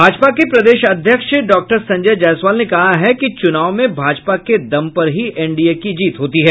भाजपा के प्रदेश अध्यक्ष डॉक्टर संजय जायसवाल ने कहा है कि चुनाव में भाजपा के दम पर ही एनडीए की जीत होती है